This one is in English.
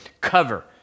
cover